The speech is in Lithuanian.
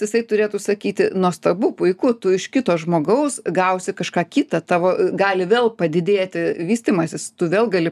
jisai turėtų sakyti nuostabu puiku tu iš kito žmogaus gausi kažką kita tavo gali vėl padidėti vystymasis tu vėl gali